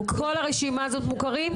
כל הרשימה מוכרים?